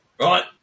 Right